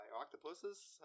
octopuses